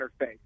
interface